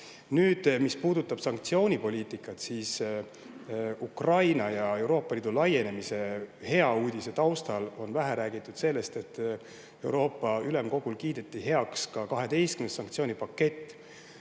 mis puudutab sanktsioonipoliitikat, siis Ukraina [teema] ja Euroopa Liidu laienemise hea uudise taustal on vähe räägitud sellest, et Euroopa Ülemkogul kiideti heaks 12. sanktsioonipakett.